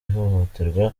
ihohoterwa